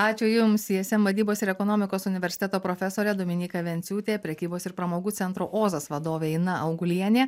ačiū jums ism vadybos ir ekonomikos universiteto profesorė dominyka venciūtė prekybos ir pramogų centro ozas vadovė ina augulienė